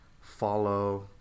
follow